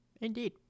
Indeed